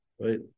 right